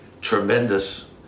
tremendous